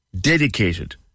dedicated